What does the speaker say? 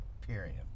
Period